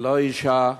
ללא אישה,